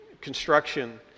construction